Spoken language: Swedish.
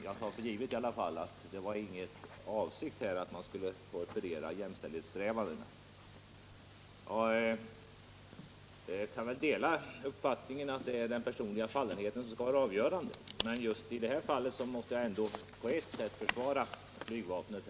Jag tar för givet att avsikten inte var att man skulle torpedera jämställdhetssträvandena. Jag kan väl dela uppfattningen att det är den personliga fallenheten som skall vara avgörande, men just i detta fall måste jag ändå på ett sätt försvara flygvapnet.